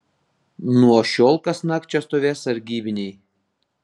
nuo šiol kasnakt čia stovės sargybiniai